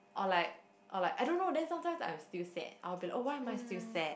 or like or like I don't know then sometimes I'm still sad I'll be like oh why am I still sad